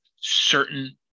certain